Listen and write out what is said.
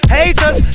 haters